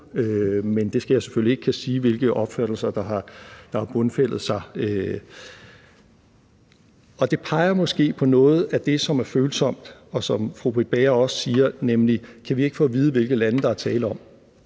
Men jeg skal selvfølgelig ikke kunne sige, hvilke opfattelser der har bundfældet sig. Det peger måske på noget af det, som er følsomt, og som fru Britt Bager også spørger til, nemlig: Kan vi ikke få at vide, hvilke lande der er tale om?